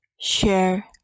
share